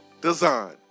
design